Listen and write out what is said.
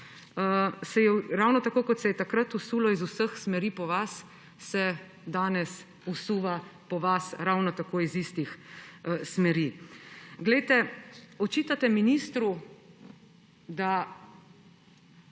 in ravno tako, kot se je takrat vsulo z vseh smeri po vas, se danes vsuva po vas ravno tako z istih smeri. Očitate ministru, da